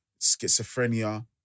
schizophrenia